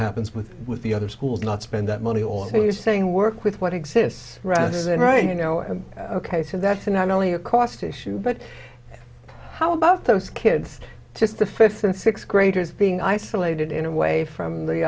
happens with with the other schools not spend that money or are you saying work with what exists rather than right you know and ok so that and i'm only a cost issue but how about those kids just the fifth and sixth graders being isolated in a way from the